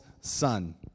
son